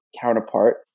counterpart